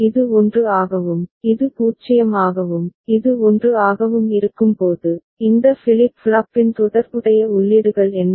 இது 1 ஆகவும் இது 0 ஆகவும் இது 1 ஆகவும் இருக்கும்போது இந்த ஃபிளிப் ஃப்ளாப்பின் தொடர்புடைய உள்ளீடுகள் என்ன